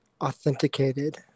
authenticated